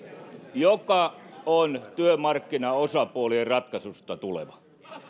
joka on työmarkkinaosapuolien ratkaisusta tuleva